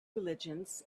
religions